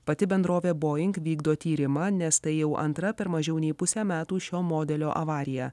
pati bendrovė boing vykdo tyrimą nes tai jau antra per mažiau nei pusę metų šio modelio avarija